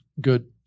good